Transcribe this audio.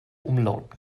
umlauten